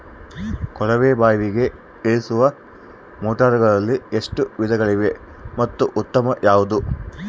ಕೊಳವೆ ಬಾವಿಗೆ ಇಳಿಸುವ ಮೋಟಾರುಗಳಲ್ಲಿ ಎಷ್ಟು ವಿಧಗಳಿವೆ ಮತ್ತು ಉತ್ತಮ ಯಾವುದು?